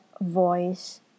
voice